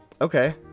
Okay